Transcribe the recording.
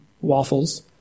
Waffles